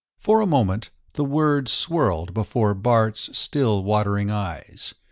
for a moment the words swirled before bart's still-watering eyes.